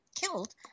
killed